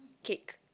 cake